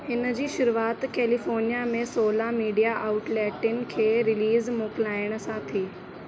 हिन जी शुरूआति कैलिफ़ोर्निया में सोलह मीडिया आउटलेटनि खे रिलीज़ मोकिलाइण सां थी